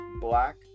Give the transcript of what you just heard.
black